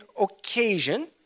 occasion